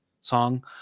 song